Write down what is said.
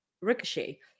Ricochet